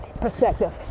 perspective